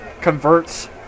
converts